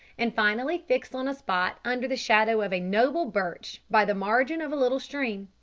and finally fixed on a spot under the shadow of a noble birch by the margin of a little stream.